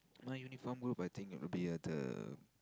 my uniform group I think will be the